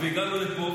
והגענו לפה,